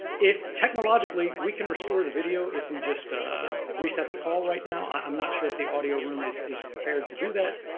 if, technologically, we can restore the video if we just reset the call right now, i'm not sure if the audio room is is prepared to do that,